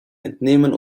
entnehmen